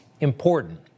important